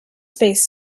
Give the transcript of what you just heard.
space